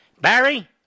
Barry